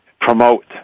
promote